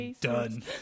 done